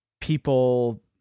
people